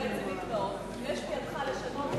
אתה יושב-ראש ועדת החוקה,